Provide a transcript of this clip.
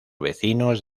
vecinos